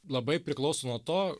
labai priklauso nuo to